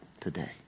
today